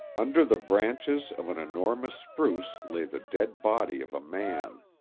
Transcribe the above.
under the branches of an enormous spruce lay the dead body of a man.